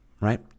right